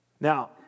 Now